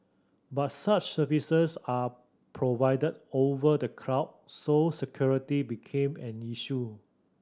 but such services are provided over the cloud so security became an issue